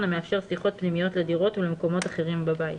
המאפשר שיחות פנימיות לדירות ולמקומות אחרים בבית.